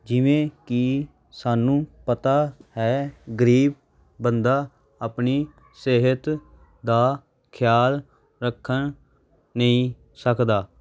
ਜਿਵੇਂ ਕਿ ਸਾਨੂੰ ਪਤਾ ਹੈ ਗਰੀਬ ਬੰਦਾ ਆਪਣੀ ਸਿਹਤ ਦਾ ਖਿਆਲ ਰੱਖਣ ਨਹੀਂ ਸਕਦਾ